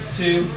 two